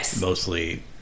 mostly